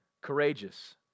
courageous